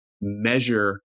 measure